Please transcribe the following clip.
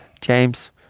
James